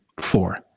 four